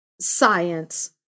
science